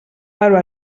però